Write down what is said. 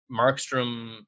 Markstrom